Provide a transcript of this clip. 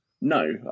No